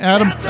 Adam